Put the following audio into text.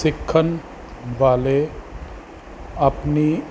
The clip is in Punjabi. ਸਿੱਖਣ ਵਾਲੇ ਆਪਣੀ